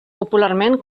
popularment